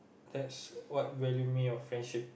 that's what value me of friendship